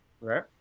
Right